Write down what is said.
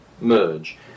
merge